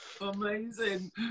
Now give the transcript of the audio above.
Amazing